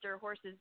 horses